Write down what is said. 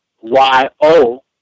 Y-O